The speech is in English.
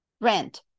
rent